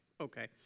okay